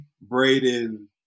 Braden